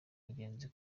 ingenzi